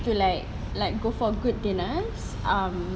to like like go for good dinners um